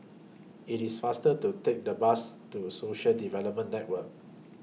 IT IS faster to Take The Bus to Social Development Network